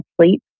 sleep